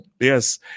yes